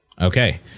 Okay